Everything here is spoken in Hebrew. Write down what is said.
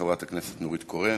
חברת הכנסת נורית קורן.